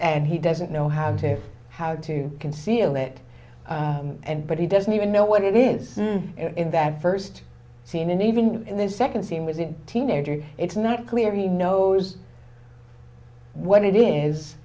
and he doesn't know how to how to conceal it and but he doesn't even know what it is in that first scene and even in this second scene was a teenager it's not clear he knows what it is